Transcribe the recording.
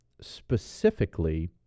specifically